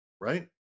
Right